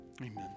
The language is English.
Amen